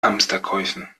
hamsterkäufen